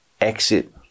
exit